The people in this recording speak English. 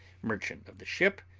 merchant of the ship,